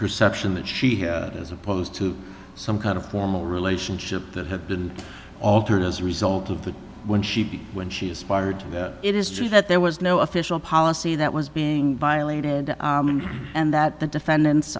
perception that she had as opposed to some kind of formal relationship that had been altered as a result of that when she when she was fired it is true that there was no official policy that was being violated and that the defendant